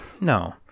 no